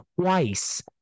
twice